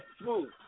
smooth